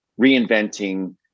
reinventing